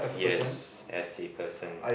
yes as a person